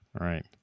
Right